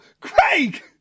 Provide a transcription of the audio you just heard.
Craig